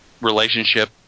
relationship